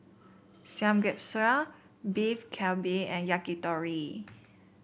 Samgeyopsal Beef Galbi and Yakitori